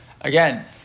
again